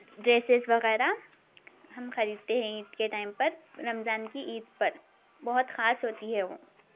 dresses وغیرہ ہم خریدتے ہیں عید کے ٹائم پر رمضان کی عید پر بہت خاص ہوتی ہے وہ